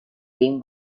game